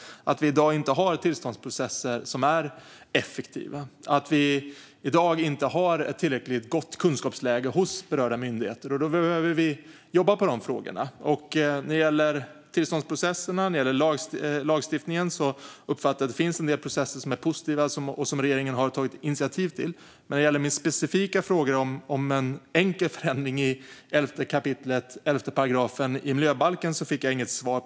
Vi har i dag inte effektiva tillståndsprocesser eller ett tillräckligt gott kunskapsläge hos berörda myndigheter. Då behöver vi jobba med dessa frågor. När det gäller tillståndsprocesserna och lagstiftningen uppfattade jag att det finns en del processer som är positiva och som regeringen har tagit initiativ till. Men när det gällde min specifika fråga om en enkel förändring i 11 kap. 11 § miljöbalken fick jag inget svar.